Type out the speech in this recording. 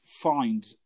find